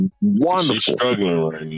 wonderful